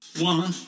One